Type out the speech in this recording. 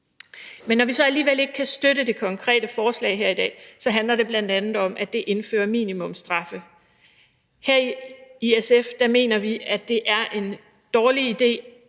Men når vi så alligevel ikke kan støtte det konkrete forslag her i dag, handler det bl.a. om, at det indfører minimumsstraffe. Her i SF mener vi, at det er en dårlig idé